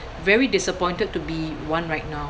very disappointed to be one right now